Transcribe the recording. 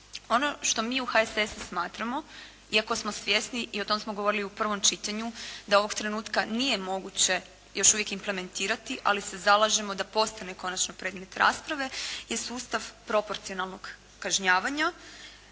Ono što mi u HSS-u smatramo iako smo svjesni i o tom smo govorili u prvom čitanju da ovog trenutka nije moguće još uvijek implementirati ali se zalažemo da postane konačno predmet rasprave je sustav proporcionalnog kažnjavanja.